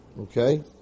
Okay